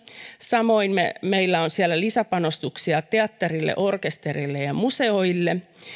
samoin meillä on siellä lisäpanostuksia teattereille orkestereille ja ja museoille